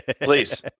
Please